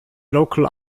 local